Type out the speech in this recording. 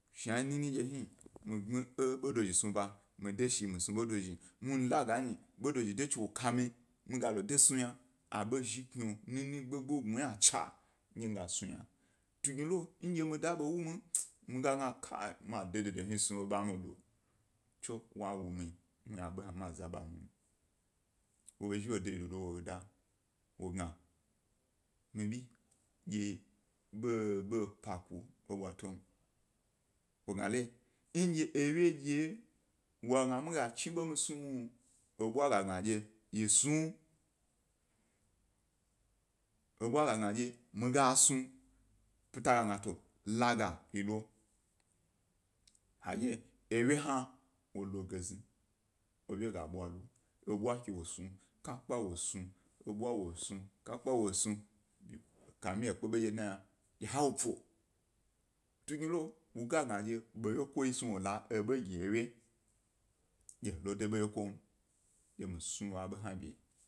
Shna nini ndye hiri mi gbmi e ḃo dozhi snub a, mi de shni i snu ḃe dozhi, muhni mi la ga nyi ḃe dozhi de chi wo kami, mi galo de snu yna, a o zhi kiri nini gbo-gbo gna ynacha ndye miga snu yna tugni lo ndye mi da ḃa wo mi lon, mi ga gna kai ma de, de de hni snu e ḃa mi do, tso wa wu mi muhni aḃo mido, tso wa wu mi muhni aḃo hna ma zaḃa mum; wo ḃa zhi wo deyi dodo wo da wo gna mi bi dye ḃoḃo pa ku ebwa to wogna le le ndye ewye edye wye wo ga gna mi ga chi ḃe mi snu smo, ebwa ga gna dye yi snu, eḃwa ga gna dye mi gas nu, pyi ta ga gna dye to la gag ye yi lo, hedye ewye hna, wo lo ge zni, ewye ga ḃwa lo, eḃwa wo snu, ka kpe wo snu, eḃwa wo snu, ka kpa wo snu. Ka mi he kpe ḃodye dna yna ndye ha wop o. Tugnilo wo ga gna dye ḃayeko snu wo la ḃe gi ewye dye hna lo de eḃe gwye kom dye mi snu aḃo hna ḃe.